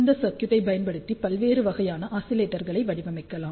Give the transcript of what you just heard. இந்த சர்க்யூட் ஐ பயன்படுத்தி பல்வேறு வகையான ஆஸிலேட்டர்களை வடிவமைக்கலாம்